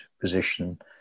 position